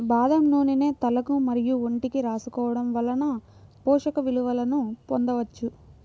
బాదం నూనెను తలకు మరియు ఒంటికి రాసుకోవడం వలన పోషక విలువలను పొందవచ్చు